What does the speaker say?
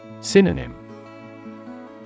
Synonym